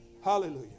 Hallelujah